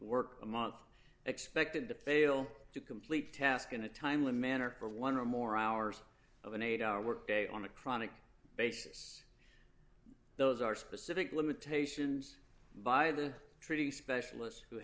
work the month expected to fail to complete the task in a timely manner for one or more hours of an eight hour workday on a chronic basis those are specific limitations by the treating specialist who